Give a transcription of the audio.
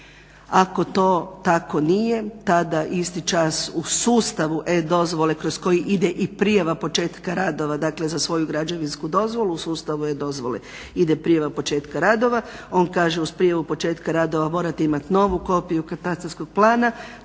ako to tako nije tada isti čas u sustavu e-dozvole kroz koji ide i prijava početka radova, dakle za svoju građevinsku dozvolu u sustavu e-dozvole ide prijava početka radova, on kaže uz prijavu početka radova morate imati novu kopiju katastarskog plana,